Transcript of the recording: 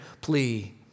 plea